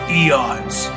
eons